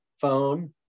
phone